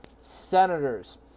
Senators